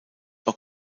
auch